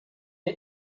der